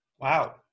Wow